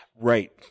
right